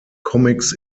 comics